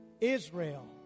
Israel